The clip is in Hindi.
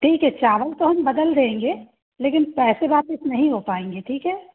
ठीक है चावल तो हम बदल देंगे लेकिन पैसे वापस नहीं हो पाएँगे ठीक है